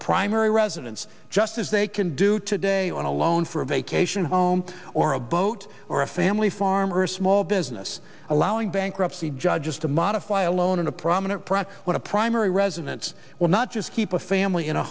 a primary residence just as they can do today on a loan for a vacation home or a boat or a family farm or a small business allowing bankruptcy judges to modify a loan and a prominent one a primary residence will not just keep a family in a